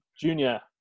Junior